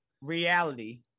reality